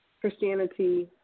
Christianity